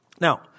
Now